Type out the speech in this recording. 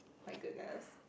my goodness